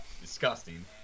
disgusting